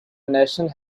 national